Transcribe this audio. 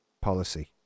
policy